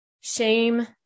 shame